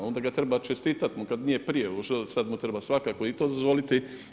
Onda ga treba čestit mu kada nije prije … sada mu treba svakako i to dozvoliti.